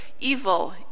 evil